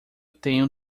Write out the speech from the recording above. tenho